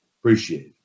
Appreciate